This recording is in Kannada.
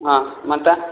ಹಾಂ ಮತ್ತು